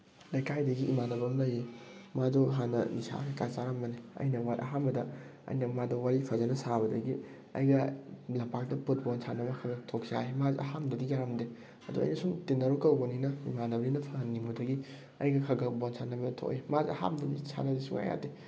ꯂꯩꯀꯥꯏꯗꯒꯤ ꯏꯃꯥꯟꯅꯕ ꯑꯃ ꯂꯩ ꯃꯥꯗꯣ ꯍꯥꯟꯅ ꯅꯤꯁꯥ ꯀꯩꯀꯥ ꯆꯥꯔꯝꯕꯅꯤ ꯑꯩꯅ ꯑꯍꯥꯟꯕꯗ ꯑꯩꯅ ꯃꯥꯗꯣ ꯋꯥꯔꯤ ꯐꯖꯅ ꯁꯥꯕꯗꯒꯤ ꯑꯩꯒ ꯂꯝꯄꯥꯛꯇ ꯐꯨꯠꯕꯣꯜ ꯁꯥꯟꯅꯕ ꯈꯔ ꯈꯔ ꯊꯣꯛꯁꯦ ꯍꯥꯏ ꯃꯥꯁꯨ ꯑꯍꯥꯟꯕꯗꯗꯤ ꯌꯥꯔꯝꯗꯦ ꯑꯗꯨ ꯑꯩꯅ ꯁꯨꯝ ꯇꯤꯟꯅꯔꯨ ꯀꯧꯕꯅꯤꯅ ꯏꯃꯥꯟꯅꯕꯅꯤꯅ ꯐꯍꯟꯅꯤꯡꯕꯗꯒꯤ ꯑꯩꯒ ꯈꯔ ꯈꯔ ꯕꯣꯟ ꯁꯥꯟꯅꯕ ꯊꯣꯛꯏ ꯃꯥꯁꯨ ꯑꯍꯥꯟꯕꯗꯗꯤ ꯁꯥꯟꯅꯁꯤ ꯁꯨꯡꯌꯥ ꯌꯥꯗꯦ